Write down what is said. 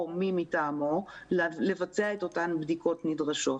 מי מטעמו לבצע את אותן בדיקות נדרשות.